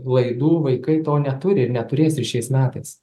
laidų vaikai to neturi ir neturės ir šiais metais